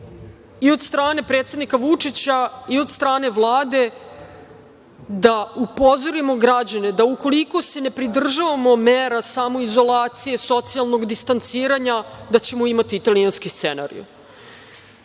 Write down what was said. i od strane predsednika Vučića i od strane Vlade da upozorimo građane da ukoliko se ne pridržavamo mera samoizolacije, socijalnog distanciranja, da ćemo imati italijanski scenario